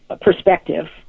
perspective